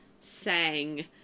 sang